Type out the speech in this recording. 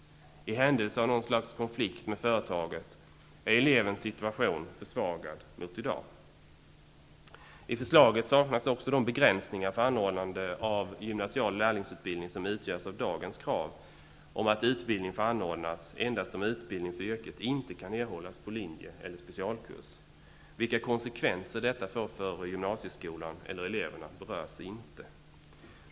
I händelse av något slags konflikt med företaget är elevens situation försvagad jämfört med förhållandet i dag. I förslaget saknas också de begränsningar för anordnande av gymnasial lärlingsutbildning som utgörs av dagens krav om att utbildning får anordnas endast om utbildning för yrket inte kan erhållas på linje eller specialkurs. Vilka konsekvenser detta får för gymnasieskolan eller eleverna berörs inte.